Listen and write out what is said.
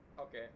Okay